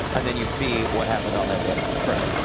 and then you see what happened on that date? correct.